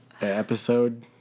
episode